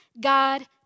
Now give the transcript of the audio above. God